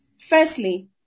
Firstly